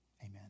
Amen